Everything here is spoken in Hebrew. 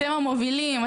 אתם המובילים,